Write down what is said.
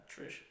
Trish